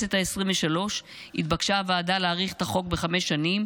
בכנסת העשרים-ושלוש התבקשה הוועדה להאריך את החוק בחמש שנים,